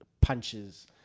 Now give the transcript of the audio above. punches